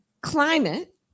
climate